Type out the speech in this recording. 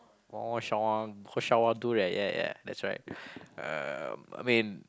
Mao-Shan-Wang Mao-Shan-Wang two right ya ya that's right uh I mean